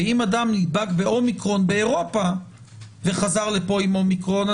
ואם אדם נדבק באומיקרון באירופה וחזר לפה עם אומיקרון,